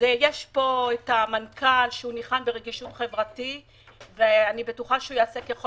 נמצא כאן מנכ"ל הביטוח הלאומי שניחן ברגישות